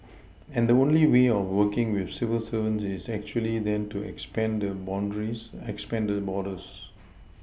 and the only way of working with civil servants is actually then to expand the boundaries expand the borders